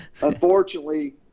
unfortunately